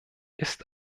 ist